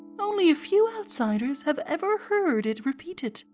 only a few outsiders have ever heard it repeated,